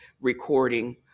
recording